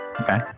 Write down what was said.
Okay